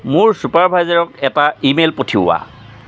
মোৰ ছুপাৰভাইজাৰক এটা ইমেইল পঠিওৱা